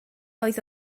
oedd